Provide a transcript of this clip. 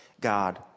God